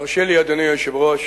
תרשה לי, אדוני היושב-ראש,